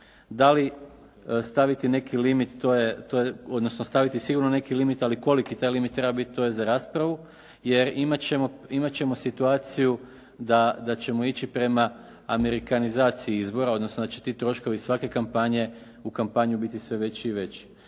Da li staviti neki limit to je, odnosno staviti sigurno neki limit, ali koliki taj limit treba biti to je za raspravu, jer imat ćemo situaciju da ćemo ići prema amerikanizaciji izbora, odnosno da će ti troškovi svake kampanje u kampanju biti sve veći i veći.